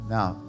Now